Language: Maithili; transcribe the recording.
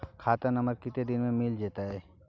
खाता नंबर कत्ते दिन मे मिल जेतै?